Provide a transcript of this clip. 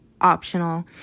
optional